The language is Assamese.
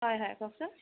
হয় হয় কওকচোন